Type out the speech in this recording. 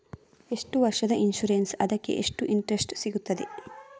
ಎಷ್ಟು ವರ್ಷದ ಇನ್ಸೂರೆನ್ಸ್ ಅದಕ್ಕೆ ಎಷ್ಟು ಇಂಟ್ರೆಸ್ಟ್ ಸಿಗುತ್ತದೆ?